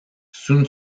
soon